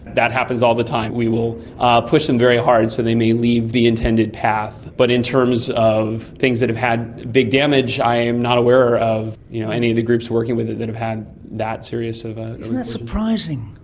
that happens all the time. we will push them very hard, so they may leave the intended path. but in terms of things that have had big damage, i am not aware of you know any of the groups working with it that have had that serious of a collision. isn't that surprising?